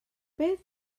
beth